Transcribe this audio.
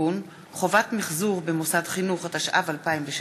התשע"ו 2016,